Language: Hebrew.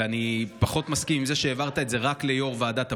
ואני פחות מסכים עם זה שהעברת את זה רק ליו"ר ועדת הפנים.